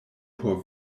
por